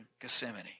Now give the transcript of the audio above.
Gethsemane